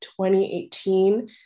2018